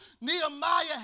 Nehemiah